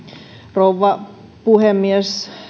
rouva puhemies